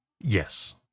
Yes